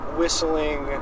whistling